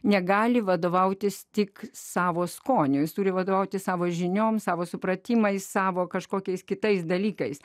negali vadovautis tik savo skoniu jis turi vadovauti savo žinioms savo supratimą į savo kažkokiais kitais dalykais